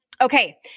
okay